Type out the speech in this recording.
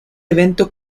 evento